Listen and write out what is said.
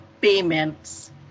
payments